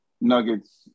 Nuggets